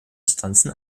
instanzen